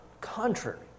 contrary